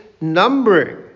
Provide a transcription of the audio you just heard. numbering